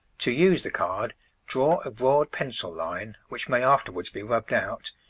to use the card draw a broad pencil line, which may afterwards be rubbed out,